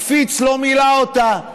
הקפיץ לא מילא אותה.